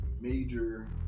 major